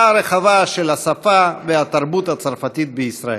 הרחבה של השפה והתרבות הצרפתית בישראל.